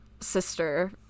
sister